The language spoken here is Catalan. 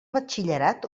batxillerat